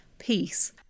Peace